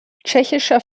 tschechischer